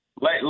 let